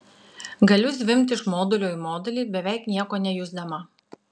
galiu zvimbti iš modulio į modulį beveik nieko nejusdama